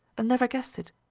and never guessed it.